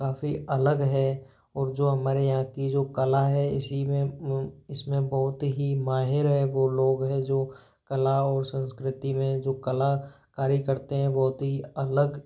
काफ़ी अलग है और जो हमारे यहाँ की जो कला है इसी में इसमें बहुत ही माहिर है वो लोग हैं जो कला और संस्कृति में जो कला कारी करते हैं बहुत ही अलग